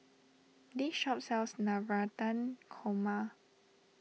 this shop sells Navratan Korma